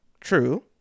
true